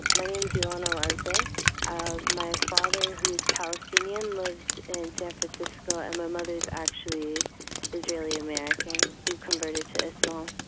my name's ilana alazzeh. ah my father, who's palestinian, lives in san francisco. and my mother's actually israeli-american, who converted to islam.